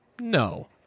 no